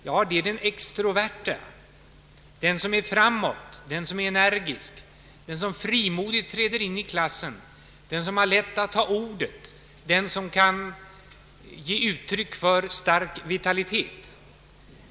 Det är den extroverta, den som är framåt, den som är energisk, den som frimodigt träder in i klassen, den som har lätt att ta ordet, den som kan ge uttryck för stark vitalitet.